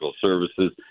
Services